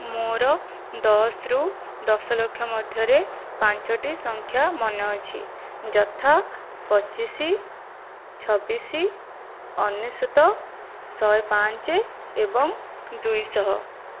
ମୋର ଦଶରୁ ଦଶଲକ୍ଷ ମଧ୍ୟରେ ପାଞ୍ଚଟି ସଂଖ୍ୟା ମନେ ଅଛି ଯଥା ପଚିଶ ଛବିଶ ଅନେଶ୍ଵତ ଶହେପାଞ୍ଚ ଏବଂ ଦୁଇଶହ